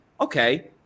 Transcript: Okay